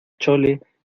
chole